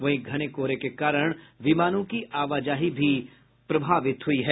वहीं घने कोहरे के कारण विमानों की आवाजाही भी प्रभावित हुई है